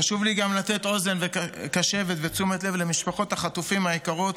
חשוב לי לתת אוזן קשבת ותשומת לב גם למשפחות החטופים היקרות,